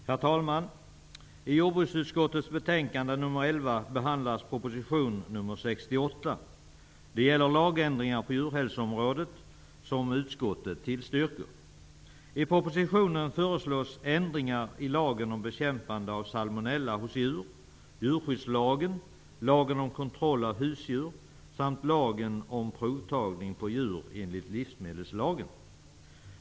Herr talman! I jordbruksutskottets betänkande nr 11 behandlas proposition nr 68. Det gäller lagändringar på djurhälsoområdet som utskottet tillstryker. I propositionen föreslås ändringar i lagen om bekämpande av salmonella hos djur, djurskyddslagen, lagen om kontroll av husdjur samt lagen om provtagning på djur enligt livsmedelslagen.